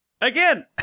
again